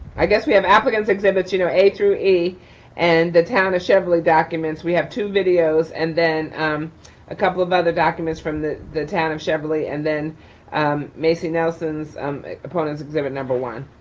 i guess we have applicant's exhibits, you know a through e and the town of cheverly documents. we have two videos and then a couple of other documents from the the town of cheverly and then macy nelson's um opponents exhibit number one,